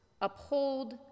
uphold